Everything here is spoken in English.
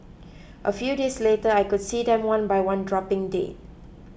a few days later I could see them one by one dropping dead